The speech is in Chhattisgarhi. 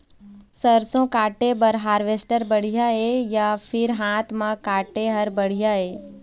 सरसों काटे बर हारवेस्टर बढ़िया हे या फिर हाथ म काटे हर बढ़िया ये?